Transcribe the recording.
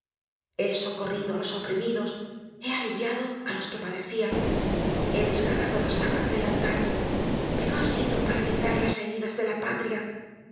he socorrido á los oprimidos he aliviado á los que padecian he desgarrado la sábana del altar pero ha sido para vendar las heridas de la patria